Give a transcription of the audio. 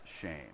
shame